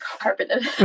carpeted